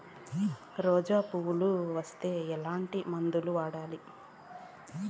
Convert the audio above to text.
రోజా పువ్వులు వస్తే ఎట్లాంటి మందులు వాడాలి?